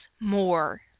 more